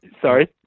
sorry